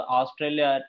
Australia